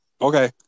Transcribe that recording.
Okay